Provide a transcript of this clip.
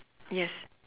yes